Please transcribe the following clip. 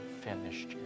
finished